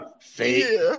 Fake